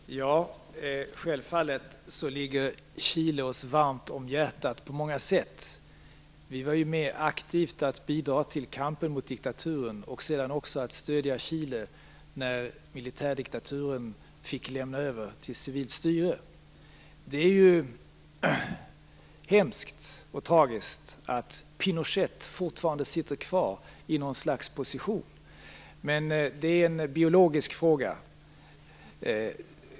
Fru talman! Självfallet ligger Chile oss varmt om hjärtat på många sätt. Vi var med aktivt och bidrog till kampen mot diktaturen och sedan också till att stödja Chile när militärdiktaturen fick lämna över till civilt styre. Det är ju hemskt och tragiskt att Pinochet fortfarande sitter kvar i något slags position, men det är en biologisk fråga.